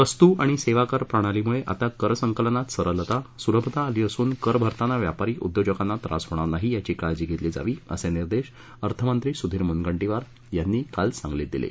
वस्तू आणि सेवा कर प्रणालीमुळे आता कर संकलनात सरलता सुलभता आली असून कर भरताना व्यापारी उद्योजकांना त्रास होणार नाही याची काळजी घेतली जावी असे निर्देश अर्थमंत्री सुधीर मुनगंटीवार यांनी काल सांगलीत दिले